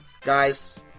Guys